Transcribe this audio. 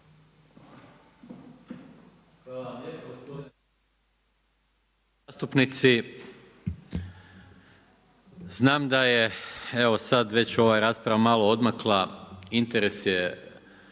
Hvala vam lijepa.